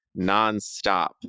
nonstop